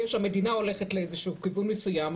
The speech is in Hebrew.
המדינה הולכת לכיוון מסוים,